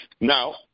Now